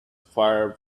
far